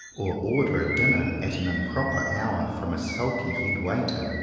or order a dinner at an improper hour from a sulky head-waiter.